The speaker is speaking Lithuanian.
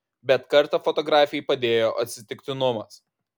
bet kartą fotografei padėjo atsitiktinumas